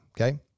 okay